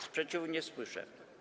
Sprzeciwu nie słyszę.